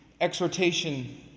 exhortation